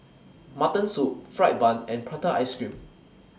Mutton Soup Fried Bun and Prata Ice Cream